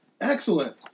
Excellent